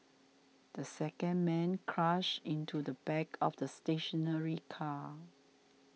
the second man crashed into the back of the stationary car